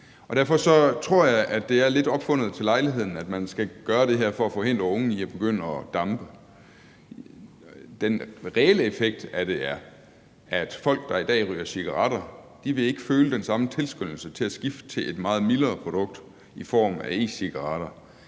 Derfor tror jeg, at det er lidt opfundet til lejligheden, at man skal gøre det her for at forhindre unge i at begynde at dampe. Den reelle effekt af det er, at folk, der i dag ryger cigaretter, ikke vil føle den samme tilskyndelse til at skifte til et meget mildere produkt i form af e-cigaretter